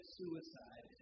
suicide